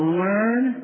learn